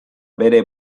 bere